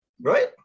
right